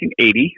1980